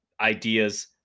ideas